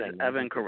Evan